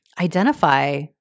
identify